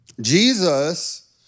Jesus